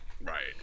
right